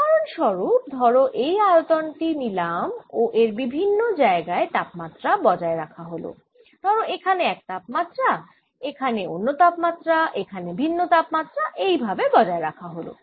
উদাহরন স্বরূপ ধরো এই আয়তন টি নিলাম ও এর বিভিন্ন জায়গায় তাপমাত্রা বজায় রাখা হল ধরো এখানে এক তাপমাত্রা এখানে অন্য তাপমাত্রা এখানে ভিন্ন তাপমাত্রা এই ভাবে বজায় রাখা হল